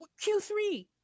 q3